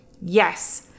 yes